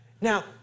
Now